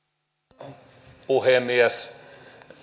arvoisa puhemies